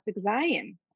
Zion